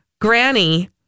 Granny